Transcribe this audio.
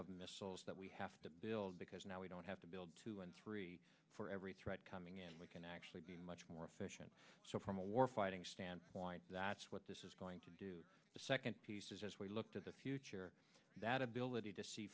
of missiles that we have to build because now we don't have to build two and three for every threat coming in we can actually be much more efficient so from a war fighting standpoint that's what this is going to do the second piece is as we look to the future that ability to see